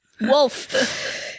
wolf